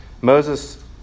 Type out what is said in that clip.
Moses